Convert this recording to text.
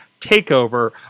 takeover